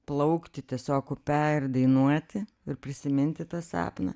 plaukti tiesiog perdainuoti ir prisiminti tą sapną